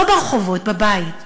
לא ברחובות, בבית.